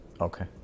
Okay